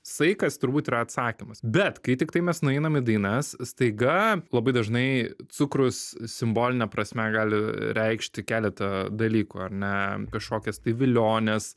saikas turbūt yra atsakymas bet kai tiktai mes nueinam į dainas staiga labai dažnai cukrus simboline prasme gali reikšti keletą dalykų ar ne kažkokias tai viliones